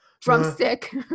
Drumstick